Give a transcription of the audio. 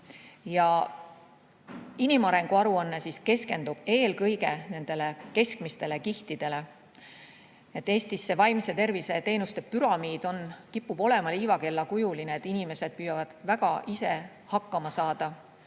Inimarengu aruanne keskendub eelkõige nendele keskmistele kihtidele. Eestis see vaimse tervise teenuste püramiid kipub olema liivakellakujuline. Inimesed püüavad väga ise hakkama saada